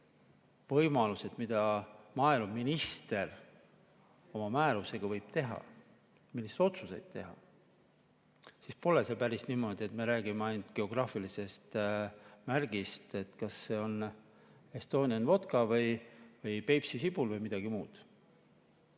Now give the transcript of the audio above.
ette võimalused, mida maaeluminister oma määrusega võib teha, milliseid otsuseid saab teha, siis pole see päris niimoodi, et me räägime ainult geograafilisest tähisest, et kas see on "Estonian vodka" või "Peipsi sibul" või midagi muud.